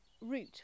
route